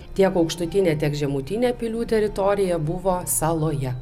tiek aukštutinė tiek žemutinė pilių teritorija buvo saloje